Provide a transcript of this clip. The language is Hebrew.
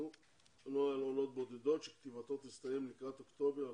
נוהל עולות בודדות שכתיבתו תסתיים לקראת אוקטובר.